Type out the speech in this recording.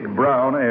brown